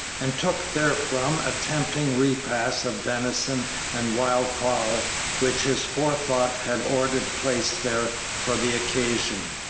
and took therefrom a tempting repast of venison and wild fowl which his forethought had ordered placed there for the occasion.